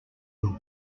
will